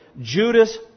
Judas